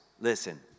listen